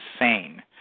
insane